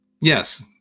Yes